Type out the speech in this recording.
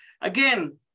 again